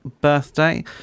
birthday